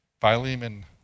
Philemon